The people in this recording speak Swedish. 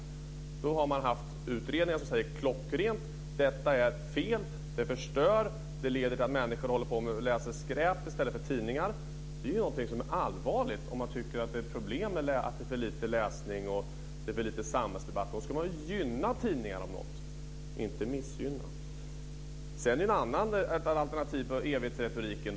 Man har haft utredningar som klockrent säger att detta är fel, att det förstör och leder till att människor läser skräp i stället för tidningar. Det är någonting som är allvarligt, om man tycker att det är ett problem att det är för lite läsning och för lite samhällsdebatt. Då ska man ju gynna tidningar, inte missgynna. Sedan finns det ett annat alternativ på evighetsretoriken.